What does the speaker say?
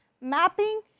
mapping